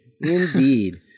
Indeed